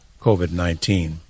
COVID-19